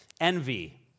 envy